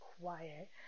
quiet